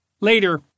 Later